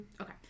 Okay